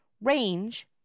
range